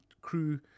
crew